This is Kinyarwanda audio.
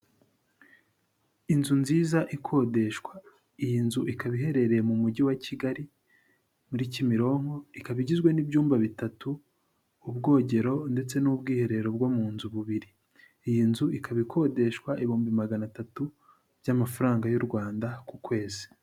Inzu nziza ikodeshwa, iyi nzu ikaba iherereye mu Mujyi wa Kigali muri Kimironko, ikaba igizwe n'ibyumba bitatu, ubwogero ndetse n'ubwiherero bwo mu nzu bubiri, iyi nzu ikaba ikodeshwa ibihumbi magana atatu by'amafaranga y'u Rwanda ku kwezi.